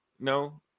no